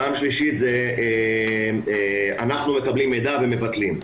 פעם שלישית זה שאנחנו מקבלים מידע ומבטלים.